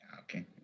Okay